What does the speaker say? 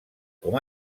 com